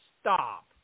Stop